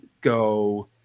go